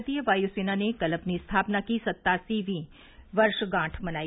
भारतीय वायु सेना ने कल अपनी स्थापना की सत्तासी वीं वर्षगांठ मनाई